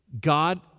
God